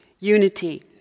unity